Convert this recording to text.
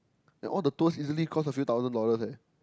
and all the tours easily cost a few thousand dollars leh